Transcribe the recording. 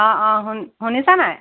অঁ অঁ শুন শুনিছা নাই